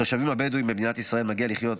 לתושבים הבדואים במדינת ישראל מגיע לחיות